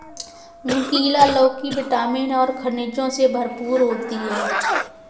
नुकीला लौकी विटामिन और खनिजों से भरपूर होती है